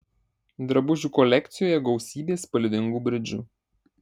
drabužių kolekcijoje gausybė spalvingų bridžų